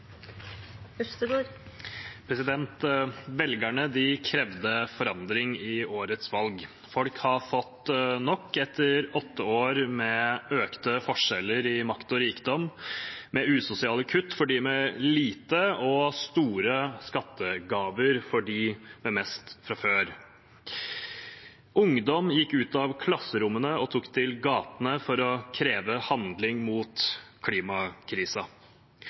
Velgerne krevde forandring i årets valg. Folk har fått nok etter åtte år med økte forskjeller i makt og rikdom, med usosiale kutt for dem med lite og store skattegaver for dem med mest fra før. Ungdom gikk ut av klasserommene og tok til gatene for å kreve handling mot klimakrisa.